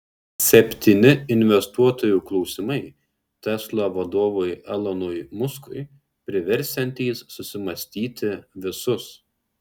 septyni investuotojų klausimai tesla vadovui elonui muskui priversiantys susimąstyti visus